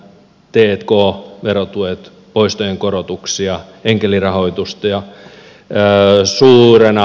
nämä t k verotuet poistojen korotuksia enkelirahoitusta